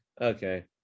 Okay